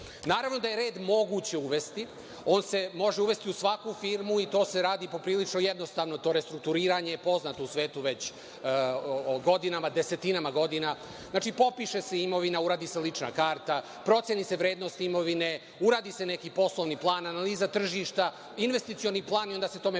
Naravno da je red moguć uvesti, on se može uvesti u svaku firmu i to se radi poprilično jednostavno to restrukturiranje je poznato u svetu već godinama, desetinama godina. Znači, popiše se imovina, uradi se lična karta, procene se vrednosti imovine, uradi se neki poslovni plan, analiza tržišta, investicioni plan i onda se tome pristupi.